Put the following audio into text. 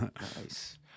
Nice